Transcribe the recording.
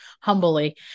humbly